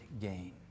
gain